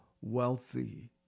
wealthy